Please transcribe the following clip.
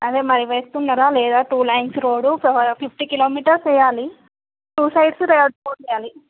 అదే మరి వేస్తున్నారా లేదా two lines road fifty kilometres వెయ్యాలి టూ సైడ్స్ రోడ్ వెయ్యాలి